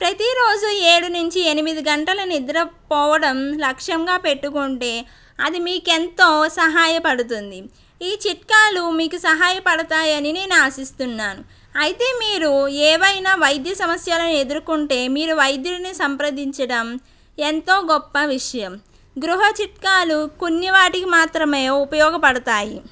ప్రతీరోజూ ఏడు నుంచి ఎనిమిది గంటల నిద్ర పోవడం లక్ష్యంగా పెట్టుకుంటే అది మీకెంతో సహాయపడుతుంది ఈ చిట్కాలు మీకు సహాయపడతాయని నేను ఆశిస్తున్నాను అయితే మీరు ఏవైనా వైద్య సమస్యలను ఎదుర్కొంటే మీరు వైద్యులను సంప్రదించడం ఎంతో గొప్ప విషయం గృహ చిట్కాలు కొన్ని వాటికి మాత్రమే ఉపయోగపడతాయి